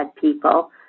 people